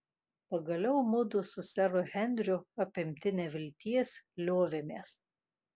pagaliau mudu su seru henriu apimti nevilties liovėmės